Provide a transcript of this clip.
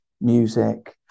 music